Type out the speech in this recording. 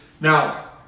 Now